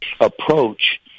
approach